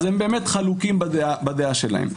אז הם באמת חלוקים בדעה שלהם.